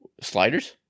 Sliders